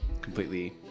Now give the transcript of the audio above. completely